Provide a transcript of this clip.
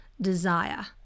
desire